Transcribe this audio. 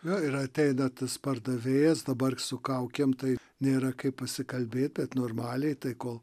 jo ir ateina tas pardavėjas dabar su kaukėm tai nėra kaip pasikalbėt taip normaliai tai kol